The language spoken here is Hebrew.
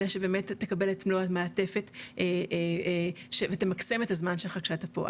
אלא שבאמת תקבל את מלוא המעטפת ותמקסם את הזמן שלך כשאתה פה,